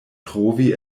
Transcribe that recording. trovi